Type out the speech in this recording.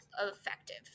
effective